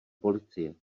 policie